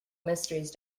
mysteries